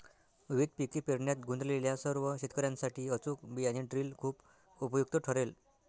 विविध पिके पेरण्यात गुंतलेल्या सर्व शेतकर्यांसाठी अचूक बियाणे ड्रिल खूप उपयुक्त ठरेल